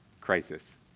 crisis